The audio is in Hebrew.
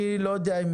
אני לא יודע אם